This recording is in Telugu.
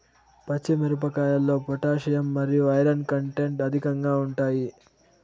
పచ్చి మిరపకాయల్లో పొటాషియం మరియు ఐరన్ కంటెంట్ అధికంగా ఉంటాయి